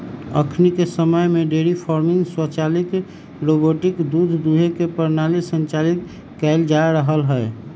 अखनिके समय में डेयरी फार्मिंग स्वचालित रोबोटिक दूध दूहे के प्रणाली संचालित कएल जा रहल हइ